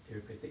therapeutic